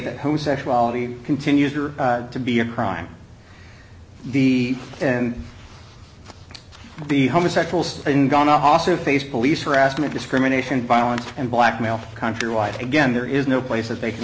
that homosexuality continues or to be a crime the in the homosexuals in ghana hasa face police harassment discrimination violence and blackmail countrywide again there is no place that they can